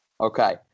Okay